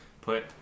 put